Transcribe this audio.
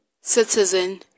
citizen